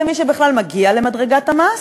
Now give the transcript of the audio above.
למי שבכלל מגיע למדרגת המס,